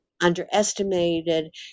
underestimated